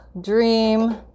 dream